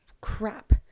crap